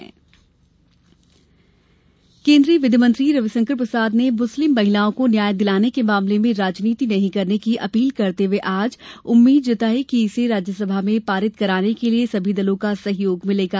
तलाक विधेयक केंद्रीय विधि मंत्री रविशंकर प्रसाद ने मुस्लिम महिलाओं को न्याय दिलाने के मामले में राजनीति नहीं करने की अपील करते हुए आज उम्मीद जताई कि इसे राज्यसभा में पारित करने के लिए सभी दलों का सहयोग मिलेगा